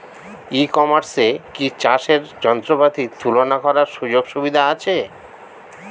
ই কমার্সে কি চাষের যন্ত্রপাতি তুলনা করার সুযোগ সুবিধা আছে?